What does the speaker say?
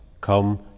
come